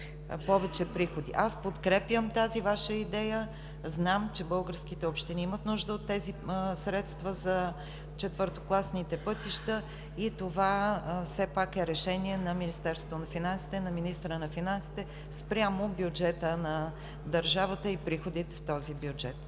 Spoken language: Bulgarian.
повече приходи. Аз подкрепям тази Ваша идея. Знам, че българските общини имат нужда от тези средства за четвъртокласните пътища, но това все пак е решение на Министерство на финансите, на министъра на финансите спрямо бюджета на държавата и приходите в този бюджет.